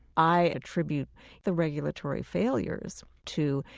i attribute the regulatory failures to,